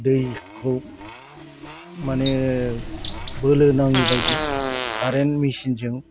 दैखौ माने बोलो नाङिबायदि कारेन्ट मेचिनजों